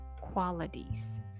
qualities